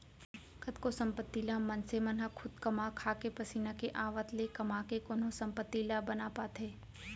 कतको संपत्ति ल मनसे मन ह खुद कमा खाके पसीना के आवत ले कमा के कोनो संपत्ति ला बना पाथे